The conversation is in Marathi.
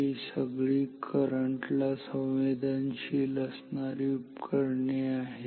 ही सगळी करंट ला संवेदनशील असणारी उपकरणे आहेत